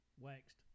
waxed